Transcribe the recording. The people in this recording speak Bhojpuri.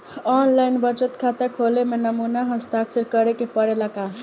आन लाइन बचत खाता खोले में नमूना हस्ताक्षर करेके पड़ेला का?